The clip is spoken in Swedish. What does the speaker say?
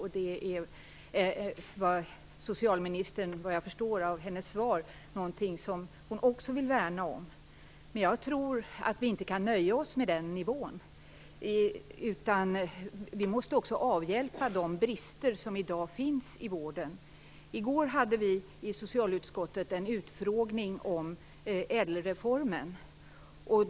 Efter vad jag förstår av socialministerns svar är detta något som också hon vill värna om. Men jag tror att vi inte kan nöja oss med den nivån. Vi måste också avhjälpa de brister som finns i dag i vården. I går hade socialutskottet en utfrågning om ÄDEL-reformen.